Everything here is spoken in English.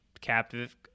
captive –